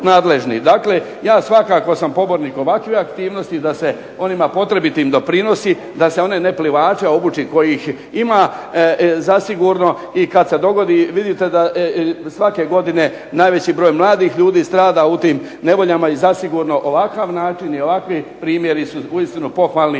Dakle, ja svakako sam pobornik ovakve aktivnosti da se onim potrebitim doprinositi, da se one neplivače obuči kojih ima zasigurno i kada se dogodi vidite da svake godine najveći broj mladih ljudi strada u tim nevoljama. I zasigurno ovakav način i ovakvi primjeri su uistinu pohvalni